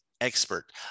expert